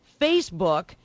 Facebook